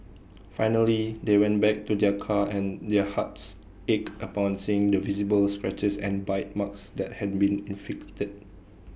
finally they went back to their car and their hearts ached upon seeing the visible scratches and bite marks that had been inflicted